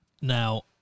Now